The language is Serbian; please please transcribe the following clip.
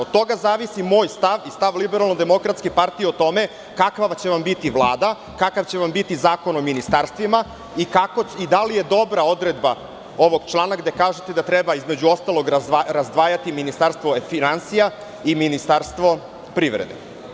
Od toga zavisi moj stav i stav LDP o tome kakva će vam biti Vlada, kakav će vam biti Zakon o ministarstvima i da li je dobra odredba ovog člana gde kažete da treba, između ostalog, razdvajati ministarstvo finansija i ministarstvo privrede.